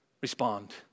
Respond